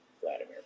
Vladimir